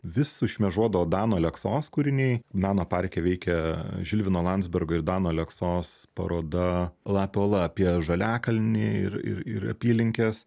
vis sušmėžuodavo dano aleksos kūriniai meno parke veikia žilvino landzbergo ir dano aleksos paroda lapių ola apie žaliakalnį ir ir apylinkes